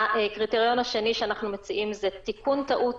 הקריטריון השני שאנחנו מציעים הוא תיקון טעות